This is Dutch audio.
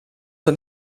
een